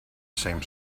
same